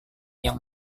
yang